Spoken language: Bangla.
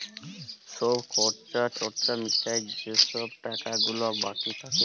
ছব খর্চা টর্চা মিটায় যে ছব টাকা গুলা বাকি থ্যাকে